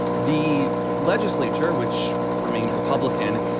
the legislature, which remained republican,